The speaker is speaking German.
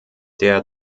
der